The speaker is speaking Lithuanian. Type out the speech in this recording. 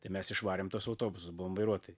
tai mes išvarėm tuos autobusus buvom vairuotojai